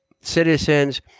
citizens